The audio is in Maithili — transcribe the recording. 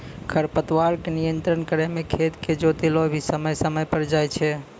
खरपतवार के नियंत्रण करै मे खेत के जोतैलो भी समय समय पर जाय छै